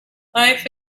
life